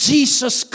Jesus